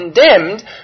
condemned